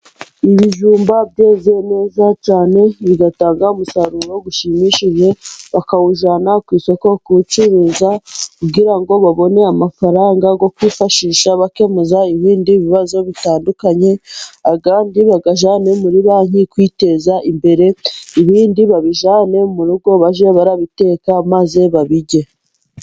Ibijumba byeze neza cyane bigatanga umusaruro ushimishije, bakawujyana ku isoko kuwucuruza kugira ngo babone amafaranga yo kwifashisha bakemura ibindi bibazo bitandukanye, andi bayajyane muri banki kwiteza imbere, ibindi babijyane mu rugo baje barabiteka maze babirye.